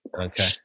Okay